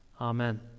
Amen